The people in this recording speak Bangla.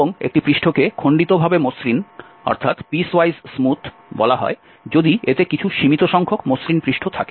এবং একটি পৃষ্ঠকে খন্ডিতভাবে মসৃণ বলা হয় যদি এতে কিছু সীমিত সংখ্যক মসৃণ পৃষ্ঠ থাকে